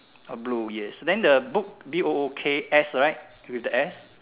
uh blue yes then the book B O O K S right with the S